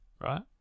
right